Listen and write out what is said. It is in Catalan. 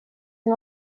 són